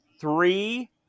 three